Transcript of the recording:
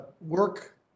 work